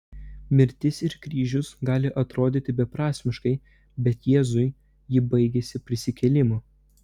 mirtis ir kryžius gali atrodyti beprasmiškai bet jėzui ji baigėsi prisikėlimu